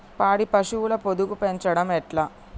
పాడి పశువుల పొదుగు పెంచడం ఎట్లా?